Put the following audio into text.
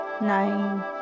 nine